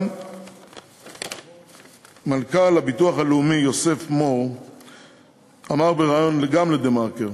גם מנכ"ל הביטוח הלאומי יוסף מור אמר בריאיון גם ל"דה-מרקר"